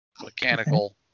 mechanical